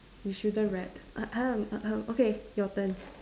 you shouldn't rap okay your turn